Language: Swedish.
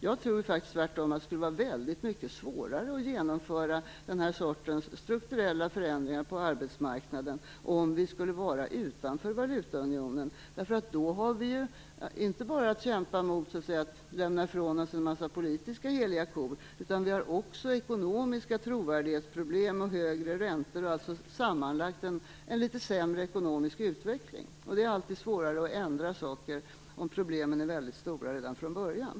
Jag tror faktiskt tvärtom att det skulle vara väldigt mycket svårare att genomföra den här sortens strukturella förändringar på arbetsmarknaden, om vi skulle vara utanför valutaunionen. Då har vi ju inte bara att kämpa mot att lämna ifrån oss en mängd politiskt heliga kor utan har också ekonomiska trovärdighetsproblem och högre räntor, alltså sammanlagt en litet sämre ekonomisk utveckling. Det är alltid svårare att ändra saker om problemen är väldigt stora redan från början.